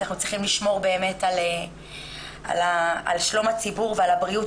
אנחנו צריכים לשמור באמת על שלום הציבור ועל הבריאות.